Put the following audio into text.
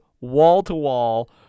wall-to-wall